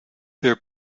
their